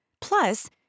Plus